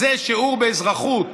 וזה שיעור באזרחות.